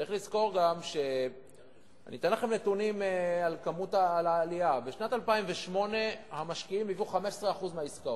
אתן לכם נתונים על העלייה: בשנת 2008 המשקיעים היוו 15% מהעסקאות,